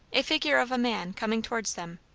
a figure of a man coming towards them,